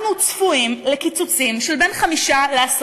אנחנו צפויים לקיצוצים של בין 5 ל-10